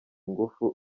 ingufu